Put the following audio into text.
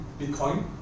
Bitcoin